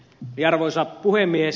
arvoisa puhemies